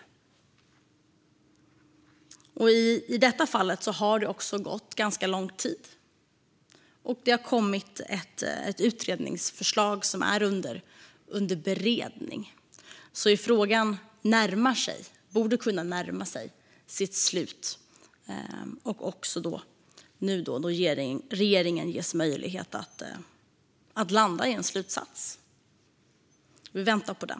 I detta fall har det gått ganska lång tid, och det har kommit ett utredningsförslag som är under beredning. Frågan borde alltså kunna närma sig sitt slut nu när regeringen ges möjlighet att landa i en slutsats. Vi väntar på den.